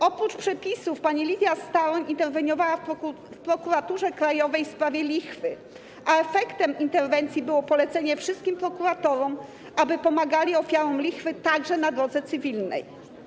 Oprócz przepisów pani Lidia Staroń interweniowała w Prokuraturze Krajowej w sprawie lichwy, a efektem interwencji było polecenie wszystkim prokuratorom, aby pomagali ofiarom lichwy także na drodze cywilnej.